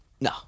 No